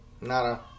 Nada